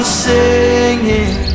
singing